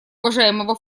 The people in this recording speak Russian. уважаемого